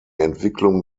entwicklung